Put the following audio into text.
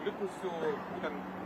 likusių būtent